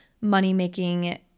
money-making